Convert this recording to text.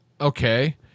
Okay